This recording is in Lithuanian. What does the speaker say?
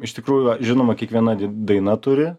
iš tikrųjų žinoma kiekviena daina turi